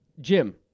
Jim